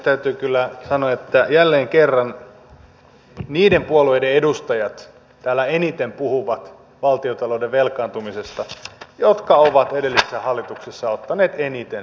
täytyy kyllä sanoa että jälleen kerran niiden puolueiden edustajat täällä eniten puhuvat valtiontalouden velkaantumisesta jotka ovat edellisessä hallituksessa ottaneet eniten velkaa